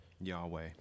Yahweh